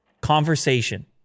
conversation